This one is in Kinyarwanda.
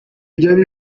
ryari